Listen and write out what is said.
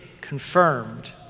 confirmed